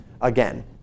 again